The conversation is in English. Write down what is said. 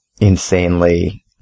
insanely